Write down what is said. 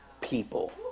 people